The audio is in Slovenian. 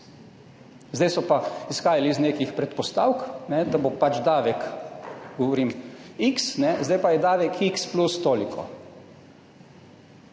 Zdaj so pa izhajali iz nekih predpostavk, da bo pač davek x, zdaj bo pa davek x plus toliko.